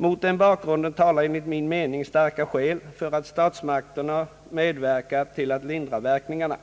Mot den bak grunden talar starka skäl för att statsmakterna medverkar till att lindra verkningarna.